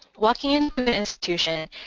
walking into an institution,